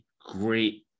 great